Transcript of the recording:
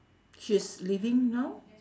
she's leaving now